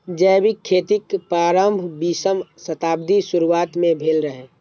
जैविक खेतीक प्रारंभ बीसम शताब्दीक शुरुआत मे भेल रहै